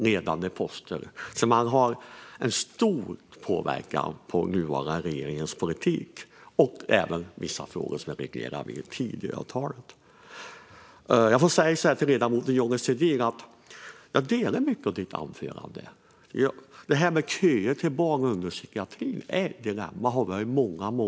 Man har alltså stor påverkan på den nuvarande regeringens politik och även på vissa frågor som är reglerade i Tidöavtalet. Jag vill säga till ledamoten Johnny Svedin att jag håller med om mycket i ditt anförande. Köerna till barn och ungdomspsykiatrin är ett dilemma och har varit det i många år.